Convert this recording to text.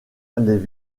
ont